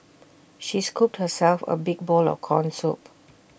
she scooped herself A big bowl of Corn Soup